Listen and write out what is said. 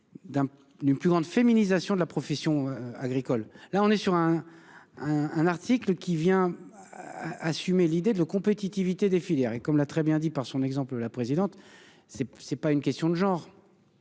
d'une plus grande féminisation de la profession agricole, là on est sur un. Un, un article qui vient. Assumer l'idée de compétitivité des filières et comme l'a très bien dit par son exemple la présidente. C'est c'est pas une question de genre.